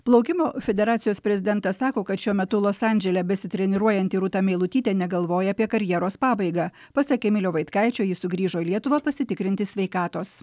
plaukimo federacijos prezidentas sako kad šiuo metu los andžele besitreniruojanti rūta meilutytė negalvoja apie karjeros pabaigą pasak emilio vaitkaičio jis sugrįžo į lietuvą pasitikrinti sveikatos